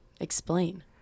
explain